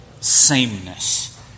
sameness